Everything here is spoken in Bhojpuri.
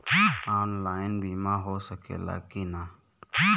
ऑनलाइन बीमा हो सकेला की ना?